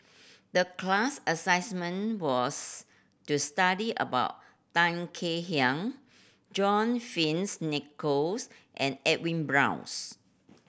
the class assignment was to study about Tan Kek Hiang John Fearns Nicoll's and Edwin Brown's